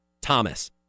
Thomas